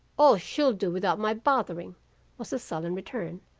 o, she'll do without my bothering was the sullen return.